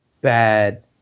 bad